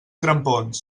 grampons